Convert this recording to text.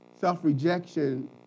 Self-rejection